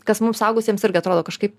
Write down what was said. kas mums suaugusiems irgi atrodo kažkaip